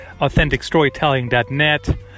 authenticstorytelling.net